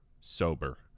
sober